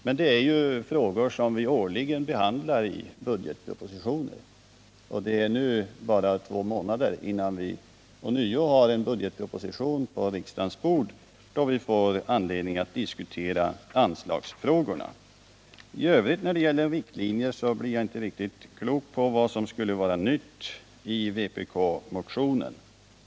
Men detta är ju frågor som vi årligen behandlar i budgetpropositioner, och det återstår nu bara två månader tills vi ånyo har en budgetproposition på riksdagens bord. Då får vi anledning att diskutera anslagsfrågorna. I övrigt blir jag när det gäller talet om riktlinjer inte riktigt klok på vad som skulle vara nytt i vpk-motionen.